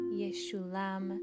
Yeshulam